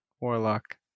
Warlock